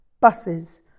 buses